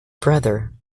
brother